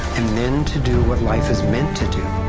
and then to do what life is meant to do.